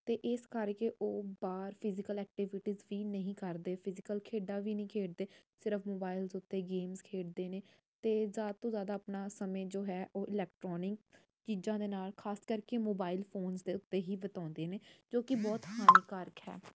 ਅਤੇ ਇਸ ਕਰਕੇ ਉਹ ਬਾਹਰ ਫਿਜੀਕਲ ਐਕਟੀਵਿਟੀਜ ਵੀ ਨਹੀਂ ਕਰਦੇ ਫਿਜੀਕਲ ਖੇਡਾਂ ਵੀ ਨਹੀਂ ਖੇਡਦੇ ਸਿਰਫ਼ ਮੋਬਾਈਲ ਉੱਤੇ ਗੇਮ ਖੇਡਦੇ ਨੇ ਅਤੇ ਜ਼ਿਆਦਾ ਤੋਂ ਜ਼ਿਆਦਾ ਆਪਣਾ ਸਮੇਂ ਜੋ ਹੈ ਉਹ ਇਲੈਕਟਰੋਨਿਕ ਚੀਜ਼ਾਂ ਦੇ ਨਾਲ ਖ਼ਾਸ ਕਰਕੇ ਮੋਬਾਇਲ ਫੋਨਸ ਦੇ ਉੱਤੇ ਹੀ ਬਿਤਾਉਂਦੇ ਨੇ ਜੋ ਕਿ ਬਹੁਤ ਹਾਨੀਕਾਰਕ ਹੈ